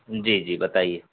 جی جی بتائیے